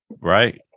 Right